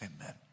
Amen